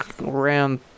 round